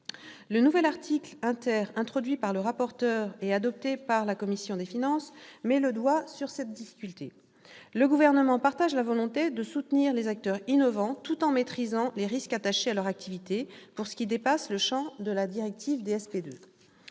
Le nouvel article 1 introduit par le rapporteur et adopté par la commission des finances met le doigt sur cette difficulté. Le Gouvernement partage la volonté de soutenir les acteurs innovants tout en maîtrisant les risques attachés à leur activité pour ce qui dépasse le champ de la directive DSP 2.